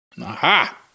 aha